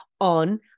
on